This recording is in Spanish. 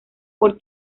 por